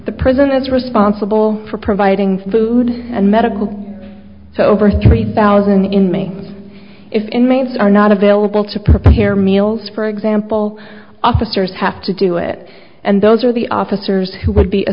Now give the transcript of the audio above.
the prison is responsible for providing food and medical so over three thousand in me if inmates are not available to prepare meals for example officers have to do it and those are the officers who would be a